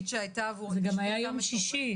נכון, זה היה ביום שישי.